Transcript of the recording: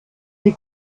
sie